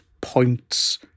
points